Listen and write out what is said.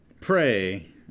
pray